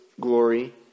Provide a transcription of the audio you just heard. glory